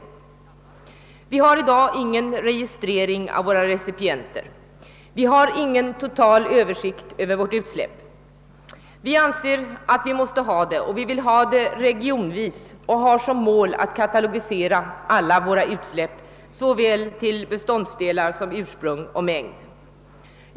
Det förekommer i dag ingen registrering av recipienterna, och det finns ingen total översikt över utsläppen. Vi anser att vi måste ha det, och vi vill göra det regionvis. Vi har som mål att katalogisera alla utsläpp till såväl beståndsdelar som ursprung och mängd.